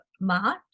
March